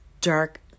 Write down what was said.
dark